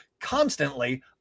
constantly